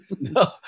No